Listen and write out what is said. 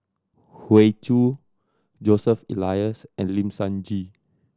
Hoey Choo Joseph Elias and Lim Sun Gee